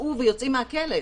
שפשעו ויוצאים מהכלא.